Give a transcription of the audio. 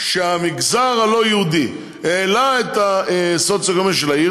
שהמגזר הלא-יהודי העלה את הדירוג הסוציו-אקונומי שלה,